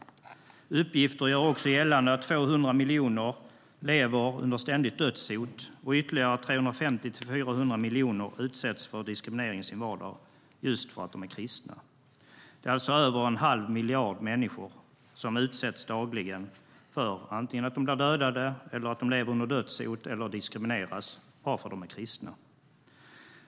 Uppgifter gör också gällande att 200 miljoner lever under ständigt dödshot och att ytterligare 350-400 miljoner utsätts för diskriminering i sin vardag för att de är kristna. Det är alltså över en halv miljard människor som dagligen utsätts för antingen att bli dödade eller att leva under dödshot eller diskrimineras bara för att de är kristna.